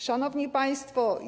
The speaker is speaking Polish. Szanowni Państwo!